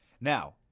now